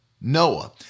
Noah